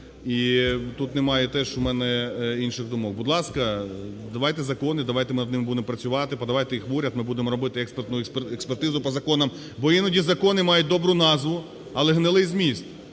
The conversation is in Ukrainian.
І тут немає теж у мене інших думок. Будь ласка, давайте закони, давайте ми над ними будемо працювати. Подавайте їх в уряд, ми будемо робити експертну експертизу по законах, бо іноді закони мають добру назву, але гнилий зміст.